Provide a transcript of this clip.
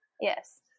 Yes